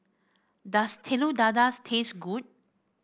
does Telur Dadah taste good